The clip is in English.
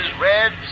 Red